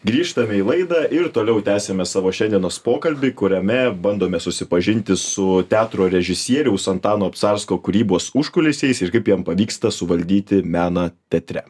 grįžtame į laidą ir toliau tęsiame savo šiandienos pokalbį kuriame bandome susipažinti su teatro režisieriaus antano obcarsko kūrybos užkulisiais ir kaip jam pavyksta suvaldyti meną teatre